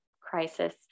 crisis